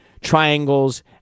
triangles